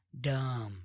dumb